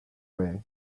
way